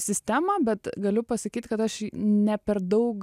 sistemą bet galiu pasakyti kad aš ne per daug